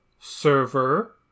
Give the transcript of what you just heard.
server